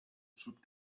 should